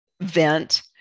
vent